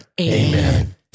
Amen